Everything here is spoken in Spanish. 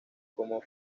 como